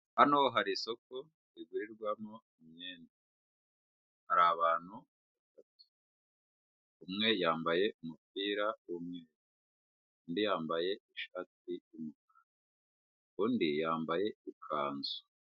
Hano hari isoko rigurirwamo imyenda, hari abantu, umwe yambaye umupira w'umweru, undi yambaye ishati y'umukara undi yambaye ikanzu.